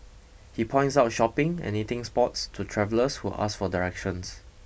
he points out shopping and eating spots to travellers who ask for directions